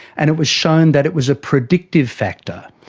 and it was shown that it was a predictive factor.